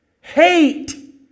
hate